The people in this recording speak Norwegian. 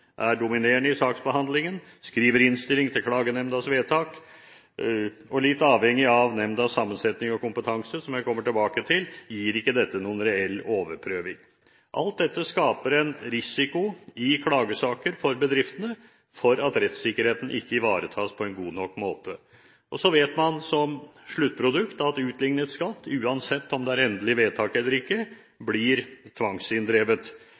er dominerende i saksbehandlingen, skriver innstilling til klagenemndas vedtak. Litt avhengig av nemndas sammensetning og kompetanse, som jeg kommer tilbake til, gir ikke dette noen reell overprøving. I klagesaker skaper alt dette en risiko for bedriftene for at rettssikkerheten ikke ivaretas på en god nok måte. Man vet også at som sluttprodukt vil utlignet skatt – uansett om det er endelig vedtak eller ikke – bli tvangsinndrevet.